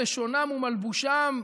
לשונם ומלבושם.